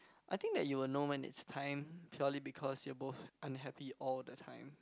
I think that you will know when it's time purely because you are both unhappy all the time